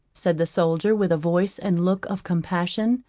said the soldier with a voice and look of compassion,